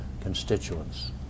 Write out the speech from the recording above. constituents